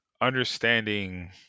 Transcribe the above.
understanding